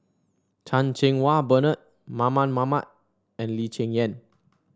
Chan Cheng Wah Bernard Mamat and Lee Cheng Yan